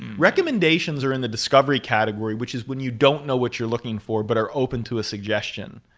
recommendations are in the discovery category, which is when you don't know what you're looking for but are open to a suggestion.